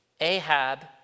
Ahab